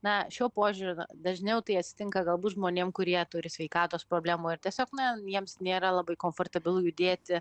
na šiuo požiūriu dažniau tai atsitinka galbūt žmonėm kurie turi sveikatos problemų ir tiesiog na jiems nėra labai komfortabilu judėti